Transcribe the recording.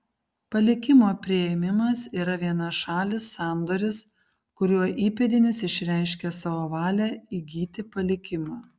palikimo priėmimas yra vienašalis sandoris kuriuo įpėdinis išreiškia savo valią įgyti palikimą